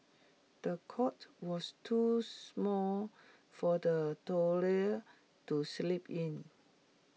the cot was too small for the toddler to sleep in